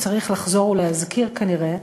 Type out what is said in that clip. צריך לחזור ולהזכיר כנראה,